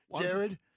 Jared